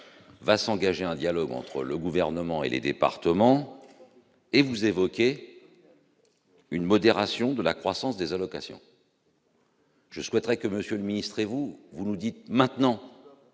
va s'engager un dialogue entre le Gouvernement et les départements, et vous évoquez une modération de la croissance des allocations. Je souhaiterais que M. le secrétaire d'État et vous-même nous disiez maintenant,